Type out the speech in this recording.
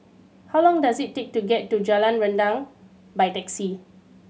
how long does it take to get to Jalan Rendang by taxi